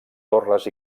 torres